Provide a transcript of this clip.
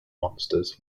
monsters